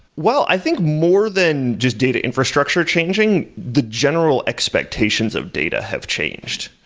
well, i think more than just data infrastructure, changing the general expectations of data have changed.